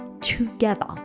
together